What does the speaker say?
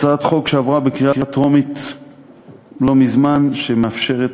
הצעת חוק שעברה בקריאה טרומית לא מזמן, שמאפשרת